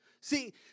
see